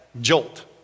jolt